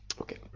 okay